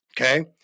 okay